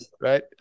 right